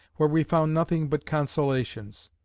where we found nothing but consolations.